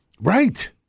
Right